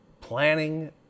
planning